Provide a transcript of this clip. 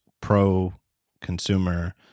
pro-consumer